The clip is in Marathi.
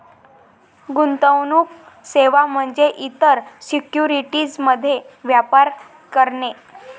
गुंतवणूक सेवा म्हणजे इतर सिक्युरिटीज मध्ये व्यापार करणे